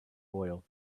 oil